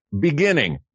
beginning